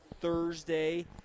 Thursday